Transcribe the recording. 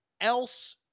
else